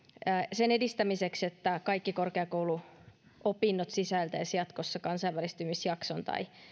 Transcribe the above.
sen edistämiseksi että kaikki korkeakouluopinnot sisältäisivät jatkossa kansainvälistymisjakson tai